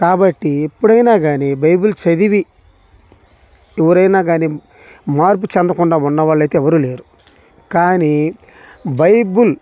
కాబట్టి ఇప్పుడైనా గానీ బైబుల్ చదివి ఎవరైనా గానీ మార్పు చెందకుండా ఉన్నవాళ్ళైతే ఎవరూ లేరు కానీ బైబుల్